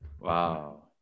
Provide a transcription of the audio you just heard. Wow